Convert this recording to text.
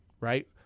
right